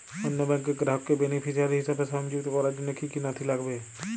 অন্য ব্যাংকের গ্রাহককে বেনিফিসিয়ারি হিসেবে সংযুক্ত করার জন্য কী কী নথি লাগবে?